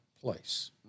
place